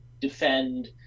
defend